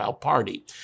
party